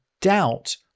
doubt